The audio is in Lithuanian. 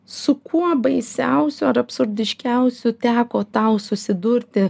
su kuo baisiausiu ar absurdiškiausiu teko tau susidurti